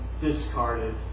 discarded